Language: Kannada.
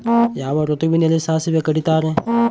ಯಾವ ಋತುವಿನಲ್ಲಿ ಸಾಸಿವೆ ಕಡಿತಾರೆ?